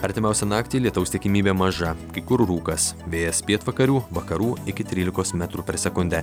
artimiausią naktį lietaus tikimybė maža kai kur rūkas vėjas pietvakarių vakarų iki trylikos metrų per sekundę